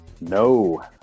No